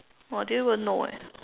oh I didn't even know eh